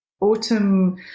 Autumn